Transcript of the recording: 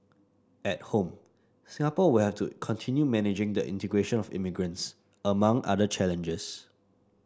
at home Singapore will have to continue managing the integration of immigrants among other challenges